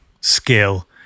skill